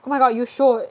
oh my god you should